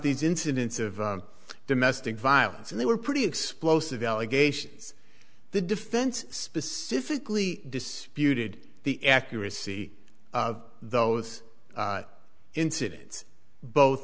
these incidents of domestic violence and they were pretty explosive allegations the defense specifically disputed the accuracy of those incidents both